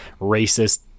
racist